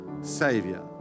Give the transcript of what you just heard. Savior